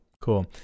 cool